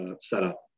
setup